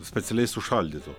specialiai sušaldytų